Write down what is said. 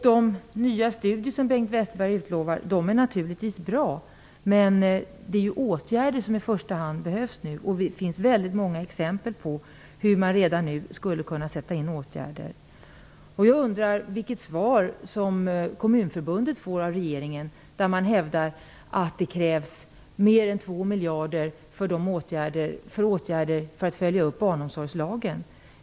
De nya studier som Bengt Westerberg utlovar är naturligtvis bra. Men nu behövs i första hand åtgärder. Det finns många exempel på hur man redan nu kan vidta åtgärder. Jag undrar vilket svar Kommunförbundet får av regeringen. De hävdar att det krävs mer än 2 miljarder kronor för åtgärder för att följa upp barnomsorgslagen.